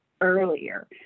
earlier